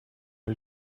или